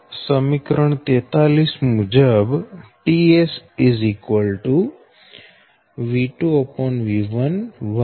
તો આ લગભગ સમાન પ્રકાર નું ઉદાહરણ છે